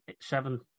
seven